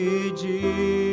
Jesus